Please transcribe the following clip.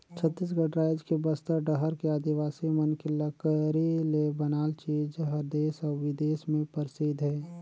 छत्तीसगढ़ रायज के बस्तर डहर के आदिवासी मन के लकरी ले बनाल चीज हर देस अउ बिदेस में परसिद्ध हे